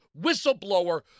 whistleblower